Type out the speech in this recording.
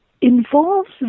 involves